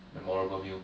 memorable meal